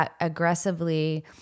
aggressively